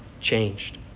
changed